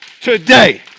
today